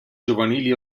giovanili